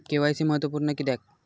KYC महत्त्वपुर्ण किद्याक?